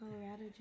Colorado